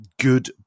good